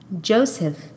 joseph